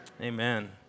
Amen